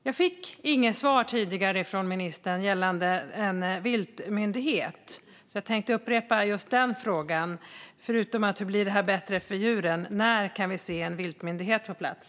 Jag fick inget svar från ministern gällande en viltmyndighet, så jag tänkte upprepa just den frågan: Förutom att jag undrar hur detta blir bättre för djuren, när kan vi ha en viltmyndighet på plats?